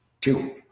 two